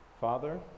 Father